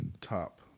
Top